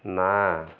ନା